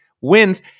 wins